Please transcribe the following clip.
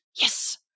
yes